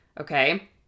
Okay